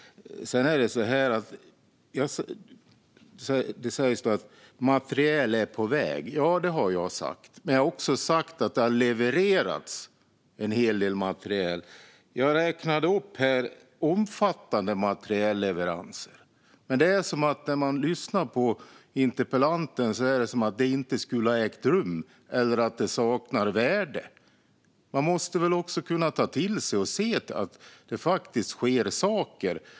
Det sägs att jag har sagt att materiel är på väg. Ja, det har jag sagt. Men jag har också sagt att det har levererats en hel del materiel. Jag räknade upp omfattande materielleveranser. Men när jag lyssnar på interpellanten är det som att detta inte skulle ha ägt rum eller att det saknar värde. Man måste väl kunna ta till sig och se att det faktiskt sker saker!